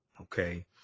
Okay